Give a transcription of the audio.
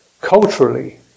culturally